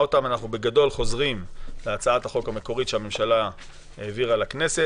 חוזרים להצעת החוק המקורית שהממשלה העבירה לכנסת,